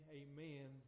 amen